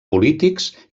polítics